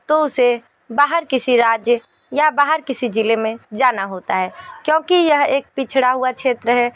तो उसे बाहर किसी राज्य या बाहर किसी ज़िले में जाना होता है क्योंकि यह एक पिछड़ा हुआ क्षेत्र है